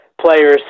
players